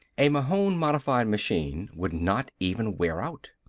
a mahon-modified machine would not even wear out.